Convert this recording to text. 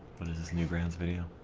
this newgrounds video